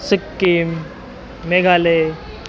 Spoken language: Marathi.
सिक्कीम मेघालय